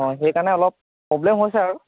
অঁ সেইকাৰণে অলপ প্ৰব্লেম হৈছে আৰু